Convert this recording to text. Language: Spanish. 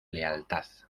lealtad